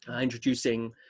introducing